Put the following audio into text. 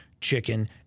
chicken